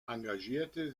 engagierte